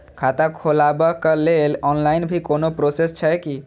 खाता खोलाबक लेल ऑनलाईन भी कोनो प्रोसेस छै की?